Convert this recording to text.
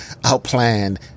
outplanned